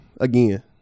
again